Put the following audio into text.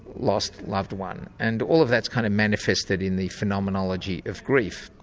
lost loved one. and all of that's kind of manifested in the phenomenology of grief.